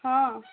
ହଁ